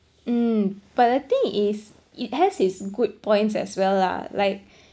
um but the thing is it has its good points as well lah like